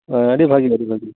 ᱚ ᱟᱹᱰᱤ ᱵᱷᱟᱜᱮ ᱵᱷᱟᱜᱮ ᱵᱷᱟᱜᱮ